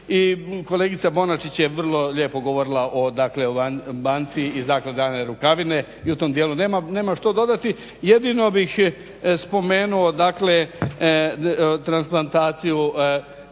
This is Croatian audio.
i kolegica Bonačić je vrlo lijepo govorila o banci i zakladi Ane Rukavine i u tom dijelu nemam što dodati. Jedino bih spomenuo dakle transplantaciju